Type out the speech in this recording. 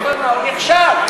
אבל הוא נכשל.